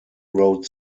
road